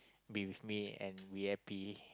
be with me and we happy